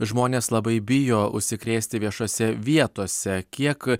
žmonės labai bijo užsikrėsti viešose vietose kiek